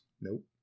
Nope